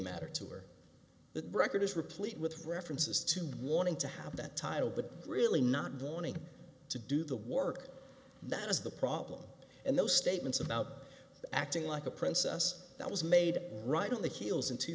matter to her the record is replete with references to me wanting to have that title but really not wanting to do the work that is the problem and those statements about acting like a princess that was made right on the heels in two